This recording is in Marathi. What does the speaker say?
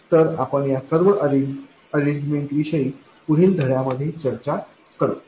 तर आपण या सर्व अरेंजमेंटविषयी पुढील धड्यांमध्ये चर्चा करू